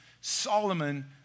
Solomon